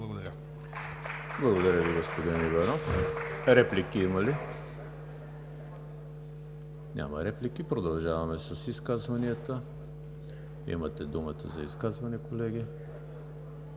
ХРИСТОВ: Благодаря Ви, господин Иванов. Реплики има ли? Няма. Продължаваме с изказванията. Имате думата за изказвания, колеги.